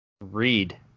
Read